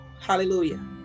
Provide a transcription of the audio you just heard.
hallelujah